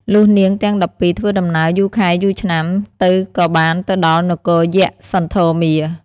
លុះនាងទាំង១២ធ្វើដំណើរយូរខែយូរឆ្នាំទៅក៏បានទៅដល់នគរយក្សសន្ធមារ។